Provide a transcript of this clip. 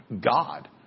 God